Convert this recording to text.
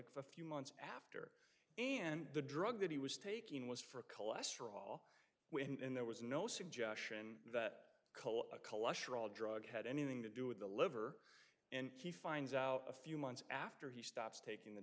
a few months after and the drug that he was taking was for cholesterol when there was no suggestion that cola cholesterol drug had anything to do with the liver and he finds out a few months after he stops taking the